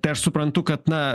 tai aš suprantu kad na